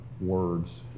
words